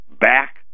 back